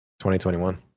2021